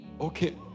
okay